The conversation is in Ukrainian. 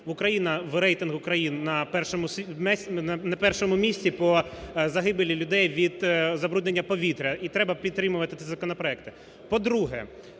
в рейтингу країн на першому місці по загибелі людей від забруднення повітря і треба підтримувати ці законопроекти. По-друге,